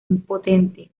impotente